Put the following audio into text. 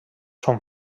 són